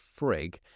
frig